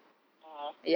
ah